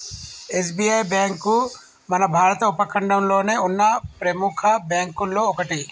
SBI bank మన భారత ఉపఖండంలోనే ఉన్న ప్రెముఖ బ్యేంకుల్లో ఒకటి